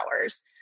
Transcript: hours